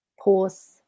pause